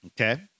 Okay